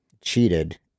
cheated